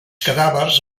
cadàvers